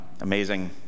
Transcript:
Amazing